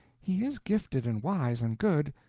he is gifted and wise and good,